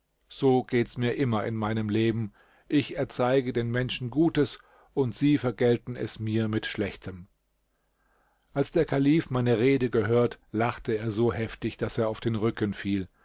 so geht's mir immer in meinem leben ich erzeige den menschen gutes und sie vergelten es mir mit schlechtem als der kalif meine rede gehört lachte er so heftig daß er auf den rücken fiel